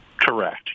Correct